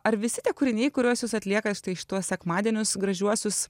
ar visi tie kūriniai kuriuos jūs atliekat štai šituos sekmadienius gražiuosius